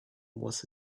was